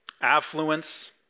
affluence